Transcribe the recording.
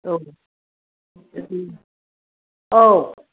औ औ